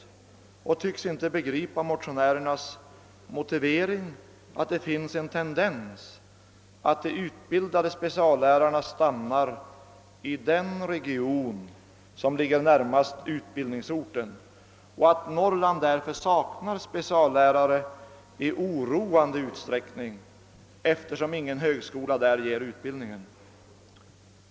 Utskottet tycks inte förstå motionärernas motivering, att det finns en tendens att de utbildade speciallärarna stannar i den region som ligger närmast utbildningsorten och att Norrland därför i oroande utsträckning saknar speciallärare, eftersom ingen högskola där ger sådan utbildning.